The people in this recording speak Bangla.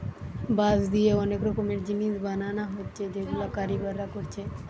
বাঁশ দিয়ে অনেক রকমের জিনিস বানানা হচ্ছে যেগুলা কারিগররা কোরছে